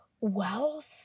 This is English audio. wealth